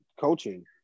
coaching